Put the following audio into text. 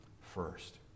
first